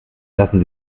lassen